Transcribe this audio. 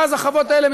ואז החוות האלה,